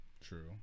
True